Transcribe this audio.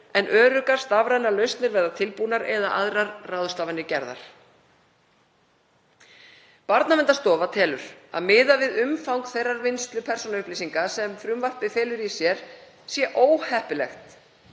en öruggar stafrænar lausnir verða tilbúnar eða aðrar ráðstafanir gerðar. Barnaverndarstofa telur að miðað við umfang þeirrar vinnslu persónuupplýsinga sem frumvarpið felur í sér sé óheppilegt